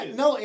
no